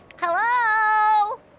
Hello